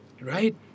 Right